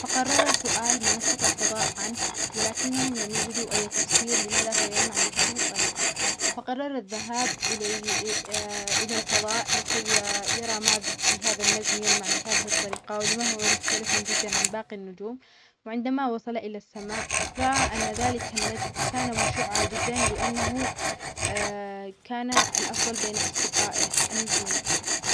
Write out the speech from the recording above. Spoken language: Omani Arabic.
فقرر سؤال منصة الفضاء عنه، ولكنهم لم يجدوا أي تفسير لمذا هو يلمع بهذه الطريقة، فقرر الذهاب إلي إلى الفضاء لكي يرى ما بهذا النجم يلمع بهذه الطريقة؟ ولم هو مختلف جدًا عن باقي النجوم؟ وعندما وصل إلى السماء رأى أن ذلك النجم كان مشعًا جدًا لأنه كان الأفضل بين أصدقائه النجوم.